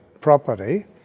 property